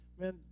man